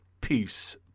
Peace